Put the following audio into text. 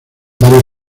varios